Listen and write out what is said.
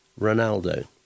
Ronaldo